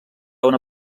una